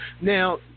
Now